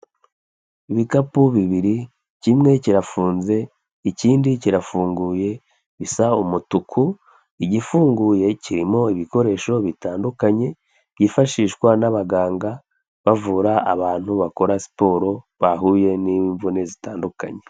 Ibikapu bibiri kimwe kirafunze ikindi kirafunguye bisa umutuku, igifunguye kirimo ibikoresho bitandukanye byifashishwa n'abaganga bavura abantu bakora siporo bahuye n'imvune zitandukanye.